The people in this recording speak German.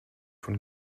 von